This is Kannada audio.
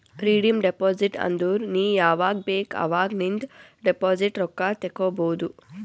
ರೀಡೀಮ್ ಡೆಪೋಸಿಟ್ ಅಂದುರ್ ನೀ ಯಾವಾಗ್ ಬೇಕ್ ಅವಾಗ್ ನಿಂದ್ ಡೆಪೋಸಿಟ್ ರೊಕ್ಕಾ ತೇಕೊಬೋದು